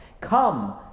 Come